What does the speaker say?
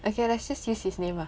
okay let's just use his name ah